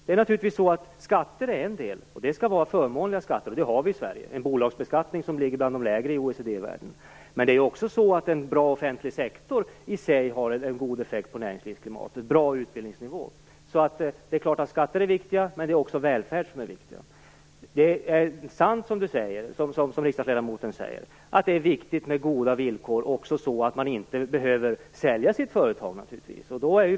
Det är naturligtvis så att skatter är en del i detta, och det skall vara förmånliga skatter. Det har vi i Sverige med en bolagsbeskattning som ligger bland de lägre i OECD-världen. Men det är också så att en bra offentlig sektor och en bra utbildningsnivå har en god effekt på näringslivsklimatet. Skatter är viktiga, men även välfärd är viktigt. Det är sant som riksdagsledamoten säger att det är viktigt med goda villkor så att man inte behöver sälja sitt företag.